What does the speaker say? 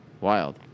Wild